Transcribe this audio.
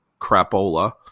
crapola